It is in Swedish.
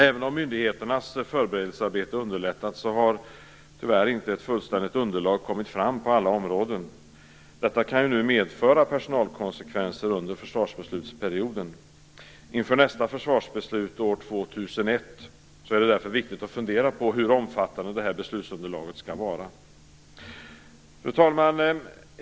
Även om myndigheternas förberedelsearbete underlättats har tyvärr inte ett fullständigt underlag kommit fram på alla områden. Detta kan medföra personalkonsekvenser under försvarsbeslutsperioden. Inför nästa försvarsbeslut år 2001 är det därför viktigt att fundera på hur omfattande det här beslutsunderlaget skall vara. Fru talman!